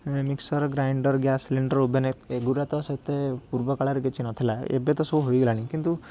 ଏଁ mixture grinder gas cylinder ଉବେନେ ଏଗୁରା ତ ସେତେ ପୂର୍ବ କାଳରେ କିଛି ନଥିଲା ଏବେ ତ ସବୁ ହୋଇଗଲାଣି କିନ୍ତୁ